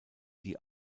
die